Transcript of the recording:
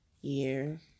year